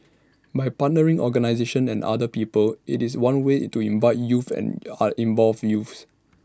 by partnering organisations and other people IT is one way to invite in youth and involve youth